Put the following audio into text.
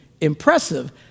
impressive